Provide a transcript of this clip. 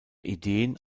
ideen